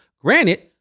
Granted